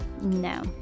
No